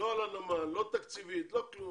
לא על הנמל, לא תקציבית, לא כלום.